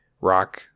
rock